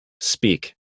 speak